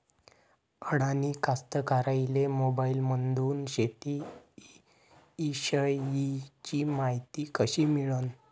अडानी कास्तकाराइले मोबाईलमंदून शेती इषयीची मायती कशी मिळन?